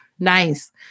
nice